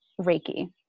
Reiki